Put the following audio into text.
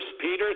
Peter